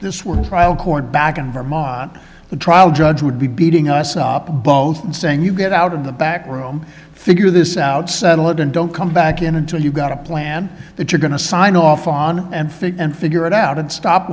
this were trial court back in vermont the trial judge would be beating us up both saying you get out of the back room figure this out settle it and don't come back in until you've got a plan that you're going to sign off on and fix and figure it out and stop